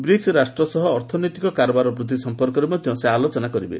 BRICS ରାଷ୍ଟ୍ର ସହ ଅର୍ଥନୈତିକ କାରବାର ବୃଦ୍ଧି ସମ୍ପର୍କରେ ମଧ୍ୟ ସେ ଆଲୋଚନା କରିବେ